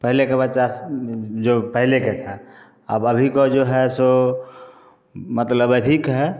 पहले का बच्चा जो पहले का था अब अभी का जो है सो मतलब अधिक है